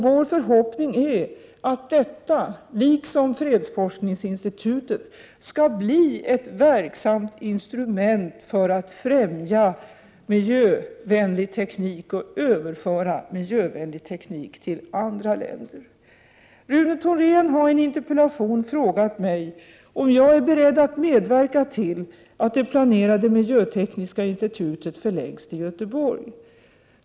Vår förhoppning är att detta, liksom fredsforskningsinstitutet, skall bli ett verksamt instrument för att främja miljövänlig teknik och överföra miljövänlig teknik till andra länder. Rune Thorén har i en interpellation frågat mig om jag är beredd att medverka till att det planerade miljötekniska institutet förläggs till Göteborg.